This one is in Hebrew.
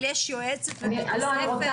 אבל יש יועצת בית הספר.